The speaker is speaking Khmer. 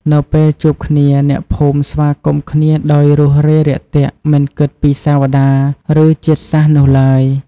នៅពេលជួបមុខគ្នា អ្នកភូមិស្វាគមន៍គ្នាដោយរួសរាយរាក់ទាក់មិនគិតពីសាវតា ឬជាតិសាសន៍នោះឡើយ។